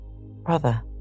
Brother